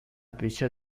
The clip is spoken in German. bücher